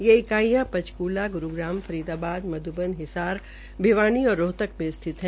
ये इकाइयां पंचकूला गुरूग्राम फरीदा ाद मध्य़न हिसार भिवानी और रोहतक में स्थित है